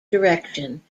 direction